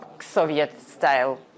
Soviet-style